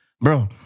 Bro